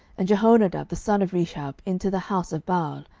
and jehonadab the son of rechab, into the house of baal,